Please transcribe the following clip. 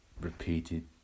repeated